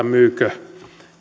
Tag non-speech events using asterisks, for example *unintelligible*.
*unintelligible* myyvätkö